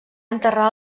enterrar